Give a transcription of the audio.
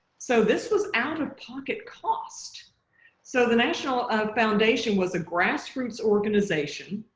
so this was out-of-pocket cost so the national foundation was a grassroots organization.